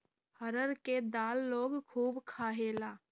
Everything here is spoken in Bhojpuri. अरहर के दाल लोग खूब खायेला